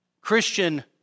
Christian